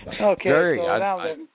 Okay